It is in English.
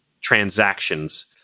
transactions